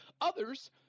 Others